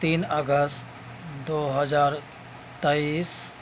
تین اگست دو ہزار تئیس